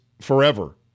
forever